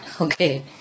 Okay